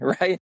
right